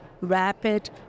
rapid